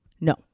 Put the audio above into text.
No